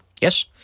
Yes